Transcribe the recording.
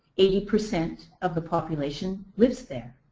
eighty percent of the population lives there.